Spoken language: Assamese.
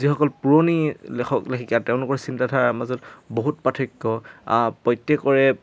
যিসকল পুৰণি লেখক লেখিকা তেওঁলোকৰ চিন্তা ধাৰা মাজত বহুত পাৰ্থক্য প্ৰত্যেকৰে